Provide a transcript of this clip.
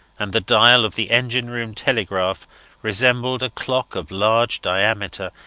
and the dial of the engine-room telegraph resembled a clock of large diameter,